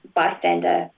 bystander